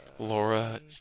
Laura